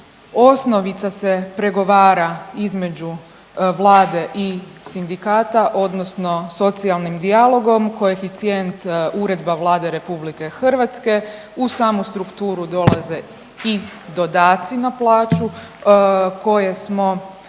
osnovica se pregovara između Vlade i sindikata odnosno socijalnim dijalogom, koeficijent uredba Vlade RH. U samu strukturu dolaze i dodaci na plaću koje smo